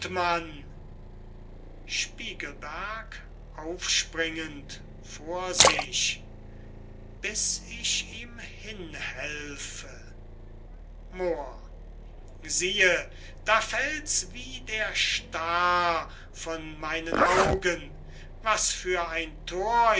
sich bis ich ihm hinhelfe moor siehe da fällts wie der staar von meinen augen was für ein thor